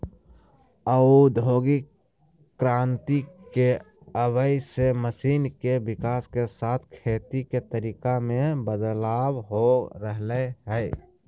औद्योगिक क्रांति के आवय से मशीन के विकाश के साथ खेती के तरीका मे बदलाव हो रहल हई